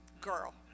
girl